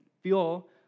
fuel